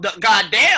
goddamn